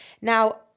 Now